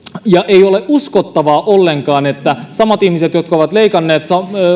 ja ei ole uskottavaa ollenkaan että samat ihmiset jotka ovat leikanneet